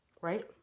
right